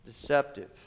deceptive